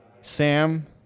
Sam